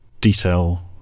detail